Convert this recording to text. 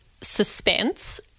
suspense